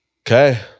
Okay